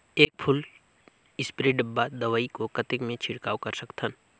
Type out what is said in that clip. एक full spray डब्बा दवाई को कतेक म छिड़काव कर सकथन?